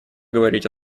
говорить